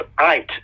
eight